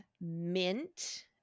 Mint